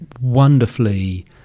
wonderfully